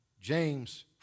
James